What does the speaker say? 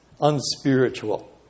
unspiritual